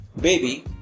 baby